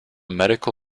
medical